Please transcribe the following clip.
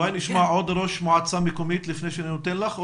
אולי נשמע עוד ראש מועצה מקומית לפני שאני נותן לך?